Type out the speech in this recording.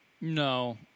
No